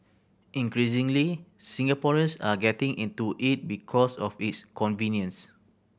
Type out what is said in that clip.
increasingly Singaporeans are getting into it because of its convenience